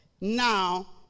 now